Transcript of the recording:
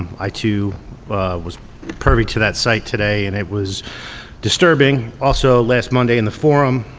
i too was privy to that site today, and it was disturbing. also, last monday in the forum,